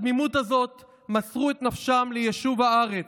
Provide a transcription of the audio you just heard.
בתמימות הזאת מסרו את נפשם ליישוב הארץ,